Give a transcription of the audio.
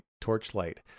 Torchlight